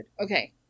Okay